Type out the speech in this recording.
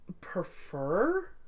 prefer